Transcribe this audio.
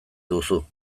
duzu